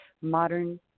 modern